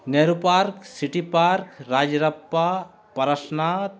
Nehru park city park Rajrappa Parasnath